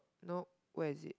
nope where is it